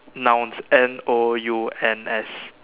nouns N_O_U_N_S